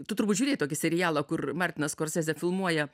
tu turbūt žiūrėjai tokį serialą kur martinas skorsezė filmuoja